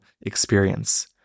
experience